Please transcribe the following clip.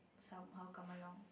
somehow come along